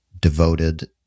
devoted